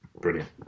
Brilliant